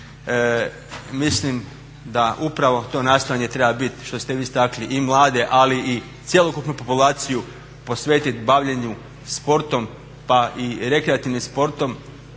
Mislim da upravo to nastojanje treba biti što ste vi istakli i mlade, ali i cjelokupnu populaciju posvetiti bavljenju sportom pa i rekreativnim sportom,